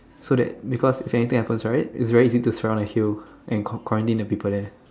so that because if anything happens right it's very easy to surround a hill and qua~ quarantine the people there